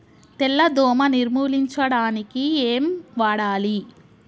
తెల్ల దోమ నిర్ములించడానికి ఏం వాడాలి?